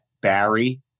Barry